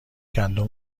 گندم